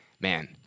man